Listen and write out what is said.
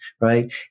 right